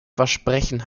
versprechen